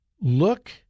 Look